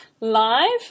live